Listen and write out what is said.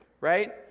right